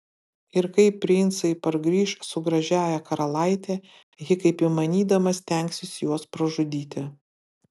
ir kai princai pargrįš su gražiąja karalaite ji kaip įmanydama stengsis juos pražudyti